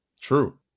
True